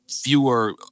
fewer